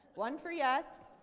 one for yes,